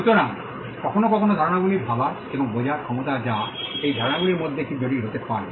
সুতরাং কখনও কখনও ধারণাগুলি ভাবার এবং বোঝার ক্ষমতা যা এই ধারণাগুলির মধ্যে কিছু জটিল হতে পারে